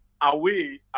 away